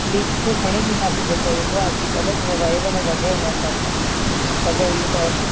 leakproof हणी ॾींदासीं जेको हूंदो आहे अॼुकल्ह जीअं वहेव न जॻहि हुन हिसाब सां ख़बर ई अथव